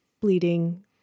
bleeding